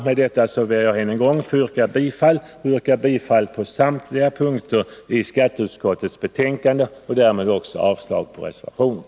Med detta ber jag än en gång att få yrka bifall till skatteutskottets hemställan på samtliga punkter och därmed avslag på reservationerna.